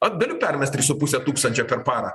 vat galiu permest tris su puse tūkstančio per parą